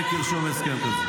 ההיסטוריה תשפוט את ההצבעה שלך.